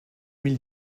mille